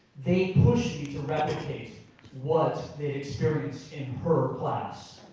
they push me to replicate what they experienced in her class.